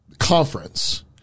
conference